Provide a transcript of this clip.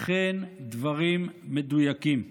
אכן דברים מדויקים.